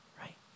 Right